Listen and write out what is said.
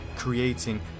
creating